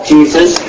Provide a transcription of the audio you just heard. Jesus